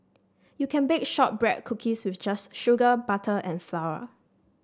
you can bake shortbread cookies with just sugar butter and flour